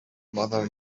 mother